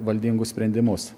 valdingus sprendimus